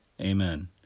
Amen